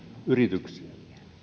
yrityksiä